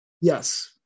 Yes